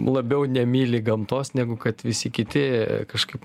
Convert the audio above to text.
labiau nemyli gamtos negu kad visi kiti kažkaip